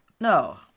no